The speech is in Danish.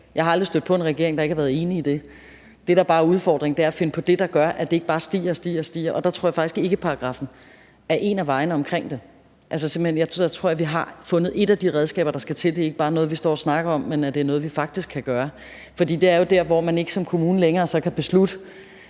Jeg har aldrig stødt på en regering, der ikke har været enig i det. Det, der bare er udfordringen, er at finde på det, der gør, at det ikke bare stiger og stiger, og der tror jeg faktisk, at ikkeparagraffen er en af vejene at gå. Jeg tror, at vi har fundet et af de redskaber, der skal til. Det er ikke bare noget, vi står og snakker om, men det er noget, vi faktisk kan gøre. For det er jo der, hvor man ikke som kommune længere kan beslutte,